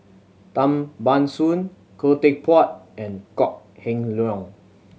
Tan Ban Soon Khoo Teck Puat and Kok Heng Leun